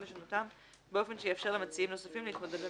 לשנותם באופן שיאפשר למציעים נוספים להתמודד במכרז.